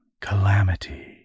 calamity